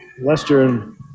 Western